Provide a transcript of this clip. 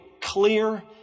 clear